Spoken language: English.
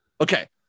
okay